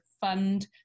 fund